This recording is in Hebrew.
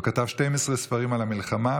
הוא כתב 12 ספרים על המלחמה,